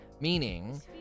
meaning